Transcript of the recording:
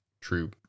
true